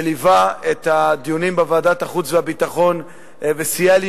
שליווה את הדיונים בוועדת החוץ והביטחון וסייע לי